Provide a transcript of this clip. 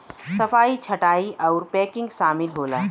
सफाई छंटाई आउर पैकिंग सामिल होला